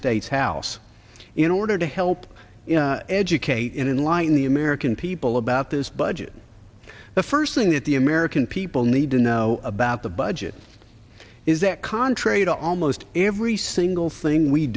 states house in order to help educate and in line the american people about this budget the first thing that the american people need to know about the budget is that contrary to almost every single thing we